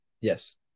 Yes